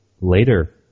later